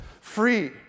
free